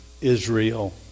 Israel